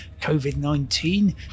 COVID-19